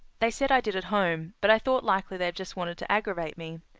they said i did at home, but i thought likely they just wanted to aggravate me.